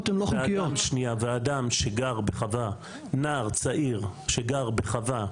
ואדם שגר בחווה נער צעיר שגר בחווה,